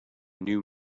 new